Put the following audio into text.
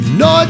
no